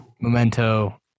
Memento